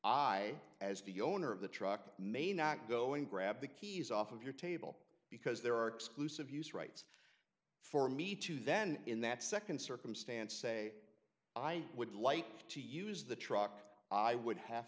i as the owner of the truck may not go and grab the keys off of your table because there are exclusive use rights for me to then in that nd circumstance say i would like to use the truck i would have